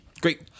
Great